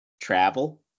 Travel